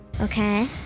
Okay